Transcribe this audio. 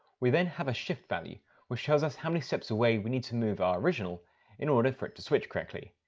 we then have a shift value which shows us how many steps away we need to move our original in order for it to switch correctly.